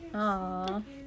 aww